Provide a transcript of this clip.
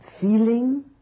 feeling